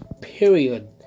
period